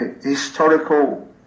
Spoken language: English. historical